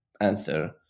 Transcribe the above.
answer